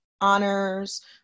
honors